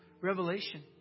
revelation